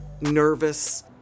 nervous